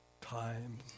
time